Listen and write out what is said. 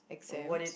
exams